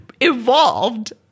evolved